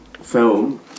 film